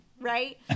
right